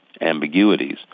ambiguities